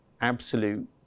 absolute